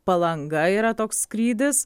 palanga yra toks skrydis